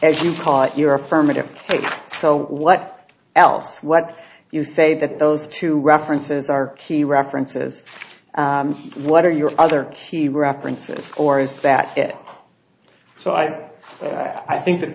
as you caught your affirmative case so what else what you say that those two references are key references what are your other key references or is that it so i i think that